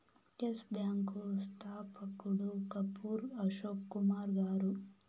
yes bank స్థాపకుడు కపూర్ అశోక్ కుమార్ గారు